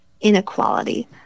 inequality